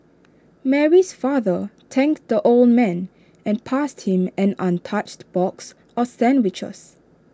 Mary's father thanked the old man and passed him an untouched box of sandwiches